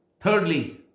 Thirdly